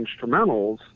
instrumentals